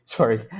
Sorry